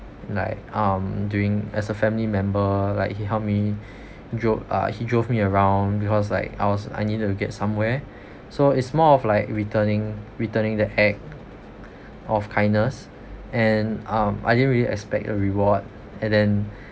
like um doing as a family member like he help me dro~ uh he drove me around because like I was I needed to get somewhere so it's more of like returning returning the act of kindness and um I didn't really expect a reward and then